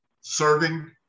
serving